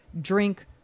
drink